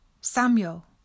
Samuel